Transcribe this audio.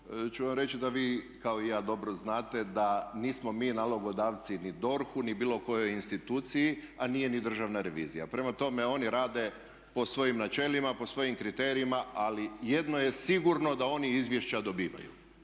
ću vam reći da vi kao i ja dobro znate da nismo mi nalogodavci ni DORH-u ni bilo kojoj instituciji a nije ni državna revizija. Prema tome oni rade po svojim načelima, po svojim kriterijima ali jedno je sigurno da oni izvješća dobivaju.